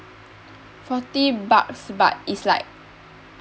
forty bucks but it's like